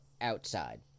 outside